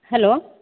hello